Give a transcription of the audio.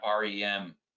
REM